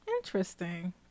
Interesting